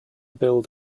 build